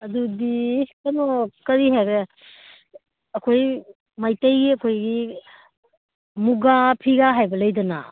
ꯑꯗꯨꯗꯤ ꯀꯩꯅꯣ ꯀꯔꯤ ꯍꯥꯏꯔꯦ ꯑꯩꯈꯣꯏ ꯃꯩꯇꯩꯒꯤ ꯑꯩꯈꯣꯏꯒꯤ ꯃꯨꯒꯥ ꯐꯤꯒ ꯍꯥꯏꯕ ꯂꯩꯗꯅ